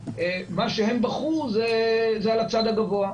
וכנראה הם בחרו את הצד הגבוה.